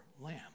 lamb